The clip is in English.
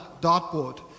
dartboard